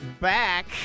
back